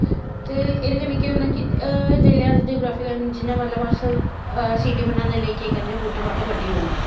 ते एह्दे कन्नै केह् होंदा कि जिसलै जगराफी अस जियां अस मतलब सिटी बनाने लेई केह् करने आं बूह्टे बाह्टे बड्डी ओड़ने आं